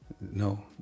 no